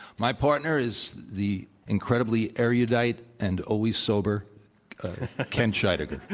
my partner is the incredibly erudite and always sober kent scheidegger.